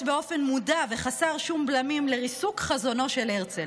באופן מודע וחסר בלמים לריסוק חזונו של הרצל.